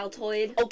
Okay